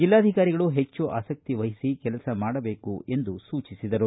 ಜೆಲ್ಲಾಧಿಕಾರಿಗಳು ಹೆಚ್ಚು ಆಸಕ್ತಿ ವಹಿಸಿ ಕೆಲಸ ಮಾಡಬೇಕು ಎಂದು ಸೂಚಿಸಿದರು